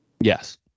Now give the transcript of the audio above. Yes